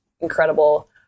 incredible